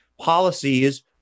policies